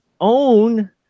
own